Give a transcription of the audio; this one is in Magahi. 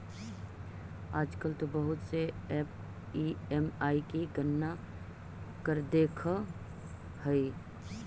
आजकल तो बहुत से ऐपस ई.एम.आई की गणना कर देवअ हई